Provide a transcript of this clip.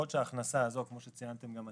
יכול להיות שכמו שציינתם גם אתם,